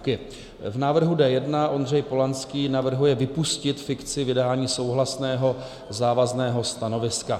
V návrhu D1 Ondřej Polanský navrhuje vypustit fikci vydání souhlasného závazného stanoviska.